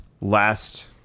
last